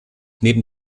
neben